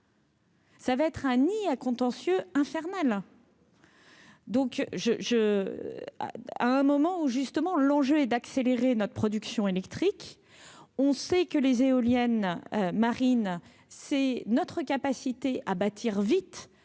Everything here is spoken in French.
ça va être un nid à contentieux infernal. Donc je, je, à un moment où, justement, l'enjeu est d'accélérer notre production électrique, on sait que les éoliennes marines, c'est notre capacité à bâtir vite